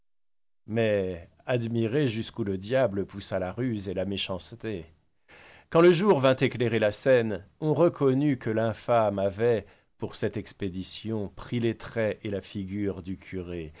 mais admirez jusqu'où le diable poussa la ruse et la méchanceté quand le jour vint éclairer la scène on reconnut que l'infâme avait pour cette expédition pris les traits et la figure du curé